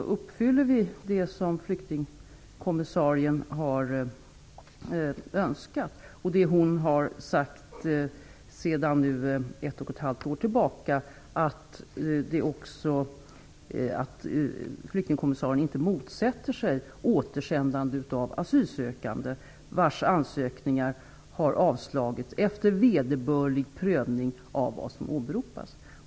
Därför uppfylls det som flyktingkommmissarien har önskat och det som hon sedan ett och ett halvt år tillbaka har sagt, nämligen att hon inte motsätter sig återsändande av asylsökande vars ansökningar har avslagits efter vederbörlig prövning av vad som åberopats.